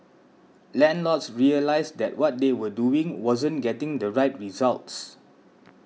landlords realised that what they were doing wasn't getting the right results